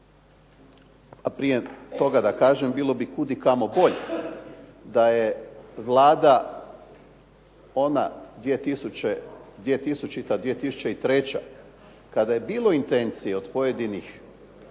a prije toga da kažem bilo bi kudikamo bolje da je Vlada ona 2000., 2003. kada je bilo intencije od pojedinih